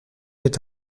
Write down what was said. est